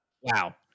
Wow